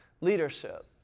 leadership